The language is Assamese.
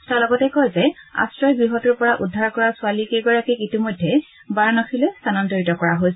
তেওঁ লগতে কয় যে আশ্ৰয় গৃহটোৰ পৰা উদ্ধাৰ কৰা ছোৱালী কেইগৰাকীক ইতিমধ্যে বাৰানসীলৈ স্থানান্তৰিত কৰা হৈছে